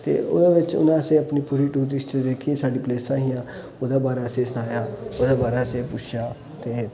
ते औह्दे बिच्च उनै असेई अपनी पुरी टूरिस्ट जेह्कियां साढ़ियां प्लेसा हियां ओह्दै बारै असे सनेआ ओह्दे बारै असेई पुछेआ ते